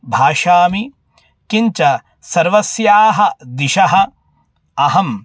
भाषामि किञ्च सर्वासु दिक्षु अहं